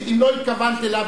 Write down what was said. חברת הכנסת וילף אומרת,